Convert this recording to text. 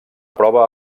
prova